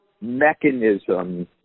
mechanism